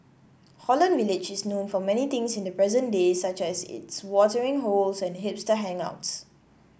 Holland Village is known for many things in the present day such as its watering holes and hipster hangouts